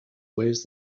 weighs